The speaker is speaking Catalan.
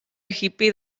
hippy